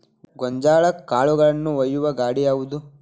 ಗೋಂಜಾಳ ಕಾಳುಗಳನ್ನು ಒಯ್ಯುವ ಗಾಡಿ ಯಾವದು?